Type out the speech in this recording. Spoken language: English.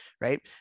right